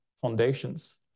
foundations